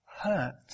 hurt